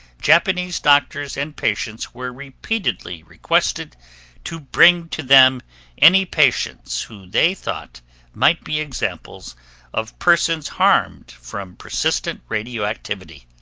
japanese doctors and patients were repeatedly requested to bring to them any patients who they thought might be examples of persons harmed from persistent radioactivity.